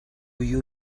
you